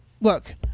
look